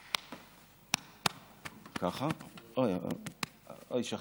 ככה: אוי, שכחתי,